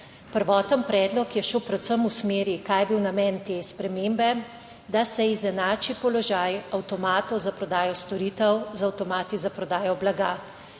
Prvoten predlog je šel predvsem v smeri, kaj je bil namen te spremembe, da se izenači položaj avtomatov za prodajo storitev z avtomati za prodajo blaga.